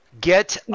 Get